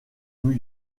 new